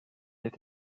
est